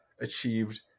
achieved